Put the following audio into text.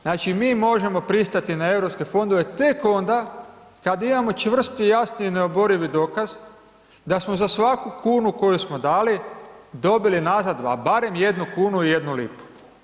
Znači, mi možemo pristati na Europske fondove tek onda kad imamo čvrst, jasni i neoborivi dokaz da smo za svaku kunu koju smo dali dobili nazad a barem 1 kunu i 1 lipu.